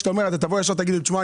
אתה תבוא ותגיד לו: תשמע,